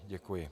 Děkuji.